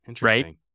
right